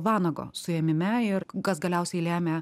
vanago suėmime ir kas galiausiai lėmė